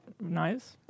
Nice